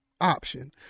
option